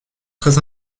très